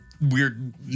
weird